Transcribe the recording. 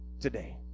today